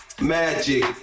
magic